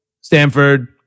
Stanford